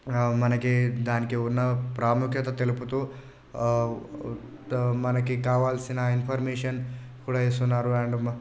మనకి దానికి ఉన్న ప్రాముఖ్యత తెలుపుతూ దా మనకి కావాల్సిన ఇన్ఫర్మేషన్ కూడా ఇస్తున్నారు అండ్ మా